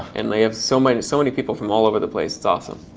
and we have so many so many people from all over the place. it's awesome.